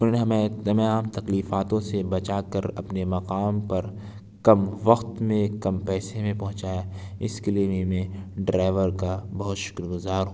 اُنہوں نے ہمیں تمام تکلیفوں سے بچا کر اپنے مقام پر کم وقت میں کم پیسے میں پہنچایا اِس کے لیے بھی میں ڈرائیور کا بہت شُکر گزار ہوں